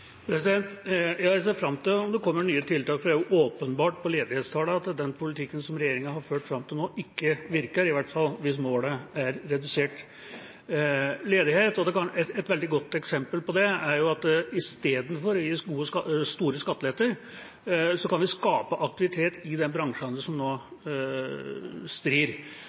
Jeg ser fram til at det kommer nye tiltak, for det er åpenbart ut fra ledighetstallene at den politikken som regjeringa har ført fram til nå, ikke virker – i hvert fall hvis målet er redusert ledighet. Et veldig godt eksempel på det er at i stedet for å gi store skatteletter, kan vi skape aktivitet i de bransjene som nå strir.